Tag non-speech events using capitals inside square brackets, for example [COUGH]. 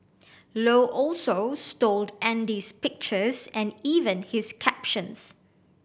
Low also stole [UNINTELLIGIBLE] Andy's pictures and even his captions